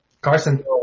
Carson